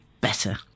better